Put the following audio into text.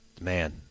man